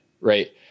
right